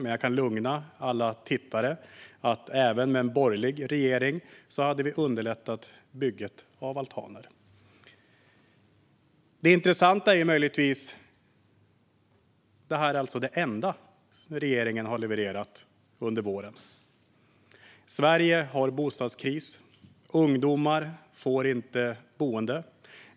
Men jag kan lugna alla tittare med att även med en borgerlig regering skulle vi ha underlättat byggandet av altaner. Det intressanta är möjligtvis att detta är det enda som regeringen har levererat under våren. Sverige har bostadskris. Ungdomar får inte boende.